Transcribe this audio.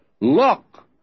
look